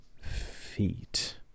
feet